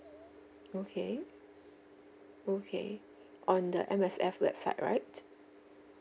okay okay on the M_S_F website right